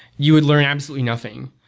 you would learn absolutely nothing.